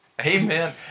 Amen